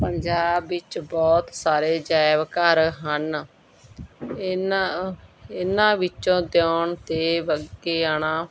ਪੰਜਾਬ ਵਿੱਚ ਬਹੁਤ ਸਾਰੇ ਅਜਾਇਬ ਘਰ ਹਨ ਇਹਨਾਂ ਇਹਨਾਂ ਵਿੱਚੋਂ ਦਿਉਣ ਅਤੇ ਬੱਗਿਆਣਾ